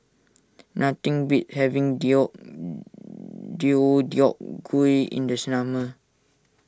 nothing beats having Deodeok Gui in the summer